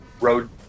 road